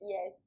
Yes